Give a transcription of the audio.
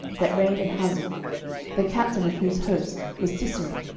that reigned in hazor the captain of whose host was sisera,